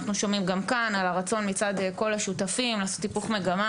אנחנו שומעים גם כאן על הרצון מצד כל השותפים לעשות היפוך מגמה